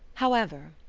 however,